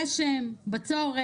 3 שקלים למשפחה.